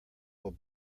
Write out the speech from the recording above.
will